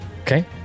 Okay